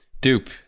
Dupe